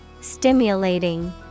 stimulating